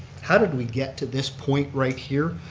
how did we get to this point right here?